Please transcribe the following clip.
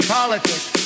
politics